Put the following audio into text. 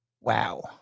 Wow